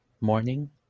morning